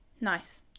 Nice